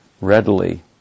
readily